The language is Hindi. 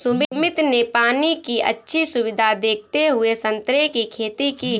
सुमित ने पानी की अच्छी सुविधा देखते हुए संतरे की खेती की